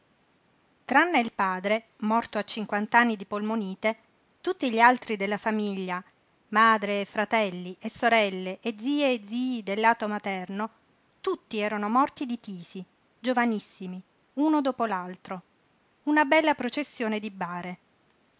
campane tranne il padre morto a cinquant'anni di polmonite tutti gli altri della famiglia madre e fratelli e sorelle e zie e zii del lato materno tutti erano morti di tisi giovanissimi uno dopo l'altro una bella processione di bare